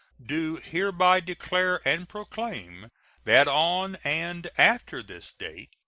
do hereby declare and proclaim that on and after this date,